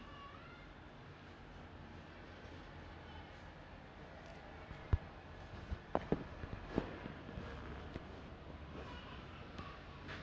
ஆனா நா:aanaa naa teenager ah இருக்கும் போது:irukkum pothu vijay தான்:thaan Prime leh இருந்தாரு:irunthaaru so it's like movies like um Thuppakki or movies like what other movies bigil